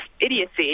idiocy